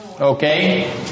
Okay